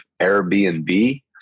Airbnb